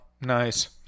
Nice